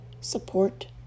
support